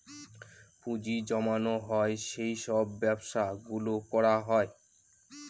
পুঁজি জমানো হয় সেই সব ব্যবসা গুলো করা হয়